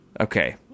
Okay